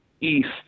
east